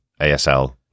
ASL